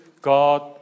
God